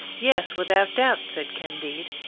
yes, without doubt, said candide.